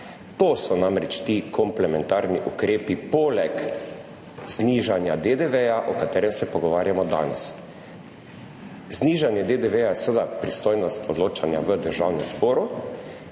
To so namreč ti komplementarni ukrepi poleg znižanja DDV, o katerem se pogovarjamo danes. Znižanje DDV je seveda v pristojnosti odločanja Državnega zbora.